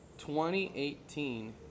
2018